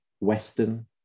western